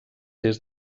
des